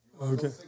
Okay